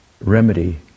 remedy